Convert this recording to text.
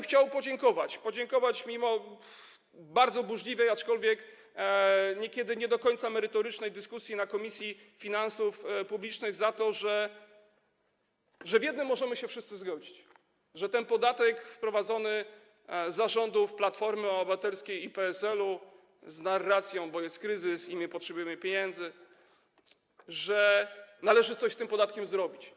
Chciałbym podziękować, podziękować mimo bardzo burzliwej, aczkolwiek niekiedy nie do końca merytorycznej dyskusji w Komisji Finansów Publicznych, za to, że w jednym możemy się wszyscy zgodzić: że ten podatek wprowadzony za rządów Platformy Obywatelskiej i PSL-u, z narracją, bo jest kryzys i my potrzebujemy pieniędzy, że należy coś z tym podatkiem zrobić.